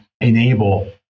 enable